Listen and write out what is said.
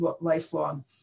lifelong